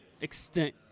extent